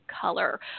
color